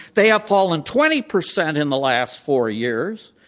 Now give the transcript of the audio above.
they have fallen twenty percent in the last four years.